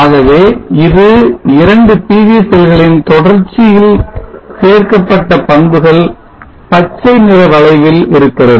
ஆகவே இது 2 PV செல்களின் தொடர்ச்சியில் சேர்க்கப்பட்ட பண்புகள் பச்சை நிற வளைவில் இருக்கிறது